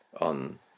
on